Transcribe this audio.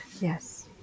Yes